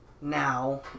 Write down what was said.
Now